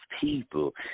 people